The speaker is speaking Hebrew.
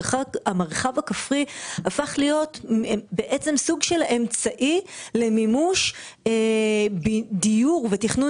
המרחב הכפרי הפך להיות סוג של אמצעי למימוש דיור ותכנון